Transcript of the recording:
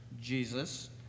Jesus